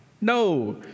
No